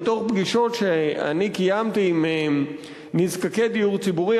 מפגישות שאני קיימתי עם נזקקי דיור ציבורי,